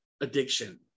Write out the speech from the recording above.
addiction